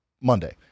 Monday